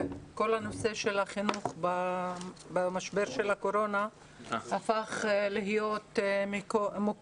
כל הנושא של החינוך במשבר של הקורונה הפך להיות מוקד